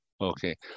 Okay